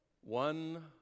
one